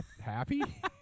happy